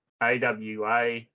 AWA